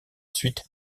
suite